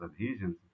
adhesions